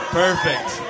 perfect